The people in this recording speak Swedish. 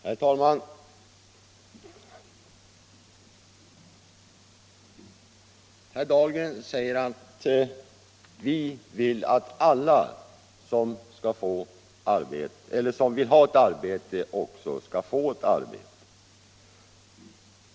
Herr talman! Herr Dahlgren säger att alla som vill ha ett arbete också skall få det.